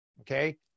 okay